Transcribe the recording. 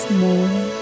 more